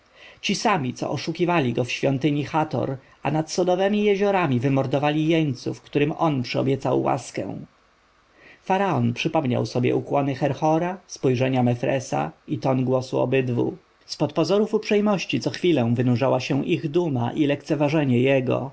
ci sami co oszukali go w świątyni hator a nad sodowemi jeziorami wymordowali jeńców którym on przyobiecał łaskę faraon przypomniał sobie ukłony herhora spojrzenia mefresa i ton głosu obydwu z pod pozorów uprzejmości co chwilę wynurzała się ich duma i lekceważenie jego